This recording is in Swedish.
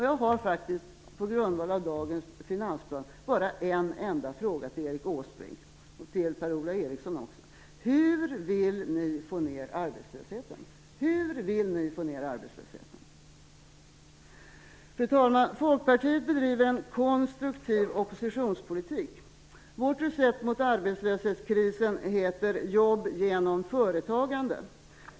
Jag har på grundval av dagens finansplan bara en enda fråga till Erik Åsbrink och Per-Ola Eriksson: Hur vill ni få ned arbetslösheten? Fru talman! Folkpartiet bedriver en konstruktiv oppositionspolitik. Vårt recept mot arbetslöshetskrisen heter jobb genom företagande.